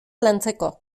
lantzeko